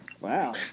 Wow